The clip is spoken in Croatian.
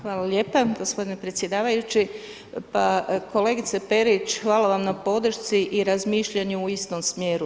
Hvala lijepa gospodine predsjedavajući, pa kolegice Perić hvala vam na podršci i razmišljanju u istom smjeru.